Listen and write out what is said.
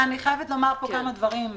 אני חייבת לומר פה כמה דברים.